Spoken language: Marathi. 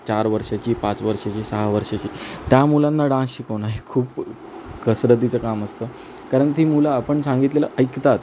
चार वर्षाची पाच वर्षाची सहा वर्षाची त्या मुलांना डान्स शिकवणं हे खूप कसरतीचं काम असतं कारण ती मुलं आपण सांगितलेलं ऐकतात